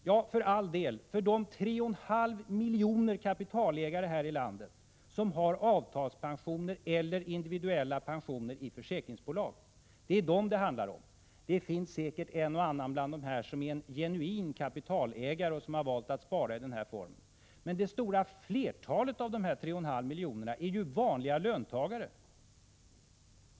Ja, för all del, för de 3,5 miljoner kapitalägare här i landet som har avtalspensioner eller individuella pensioner i försäkringsbolag. Det är dem det handlar om. Det finns säkert en och annan bland dessa som är en genuin kapitalägare och som har valt att spara i denna form, men det stora flertalet av dessa 3,5 miljoner människor är vanliga löntagare.